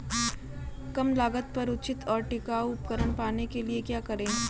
कम लागत पर उचित और टिकाऊ उपकरण पाने के लिए क्या करें?